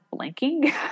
blanking